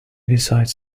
decides